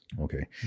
Okay